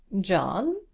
John